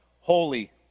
Holy